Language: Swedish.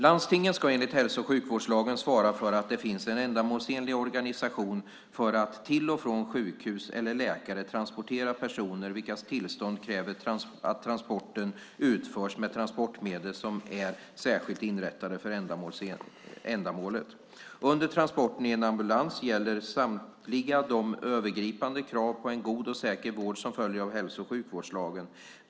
Landstingen ska enligt hälso och sjukvårdslagen svara för att det finns en ändamålsenlig organisation för att till och från sjukhus eller läkare transportera personer vilkas tillstånd kräver att transporten utförs med transportmedel som är särskilt inrättade för ändamålet. Under transporten i en ambulans gäller samtliga de övergripande krav på en god och säker vård som följer av hälso och sjukvårdslagen.